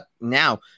now